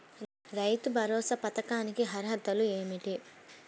రైతు భరోసా పథకానికి అర్హతలు ఏమిటీ?